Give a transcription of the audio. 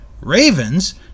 Ravens